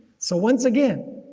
so once again,